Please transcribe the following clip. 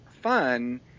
fun